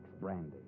brandy